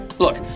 Look